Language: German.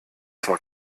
zwar